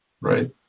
right